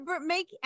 make